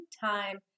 time